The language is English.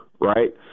Right